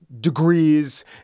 degrees